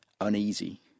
uneasy